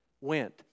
went